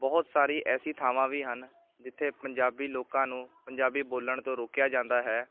ਬਹੁਤ ਸਾਰੀ ਐਸੀ ਥਾਵਾਂ ਵੀ ਹਨ ਜਿੱਥੇ ਪੰਜਾਬੀ ਲੋਕਾਂ ਨੂੰ ਪੰਜਾਬੀ ਬੋਲਣ ਤੋਂ ਰੋਕਿਆ ਜਾਂਦਾ ਹੈ